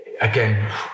again